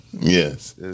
Yes